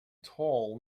tall